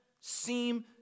seem